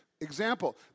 example